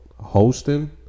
hosting